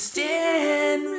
Stand